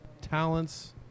talents